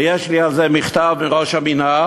ויש לי על זה מכתב מראש המינהל,